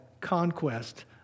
conquest